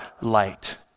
light